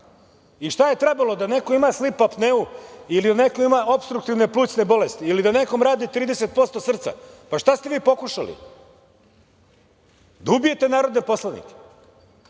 i šta je trebalo da neko slip apneu ili da neko ima opstruktivne plućne bolesti ili da nekome radi 30% srca, pa šta ste vi pokušali, da ubijete narodne poslanike?